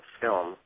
film